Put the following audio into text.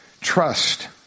Trust